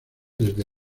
desde